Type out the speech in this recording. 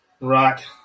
Right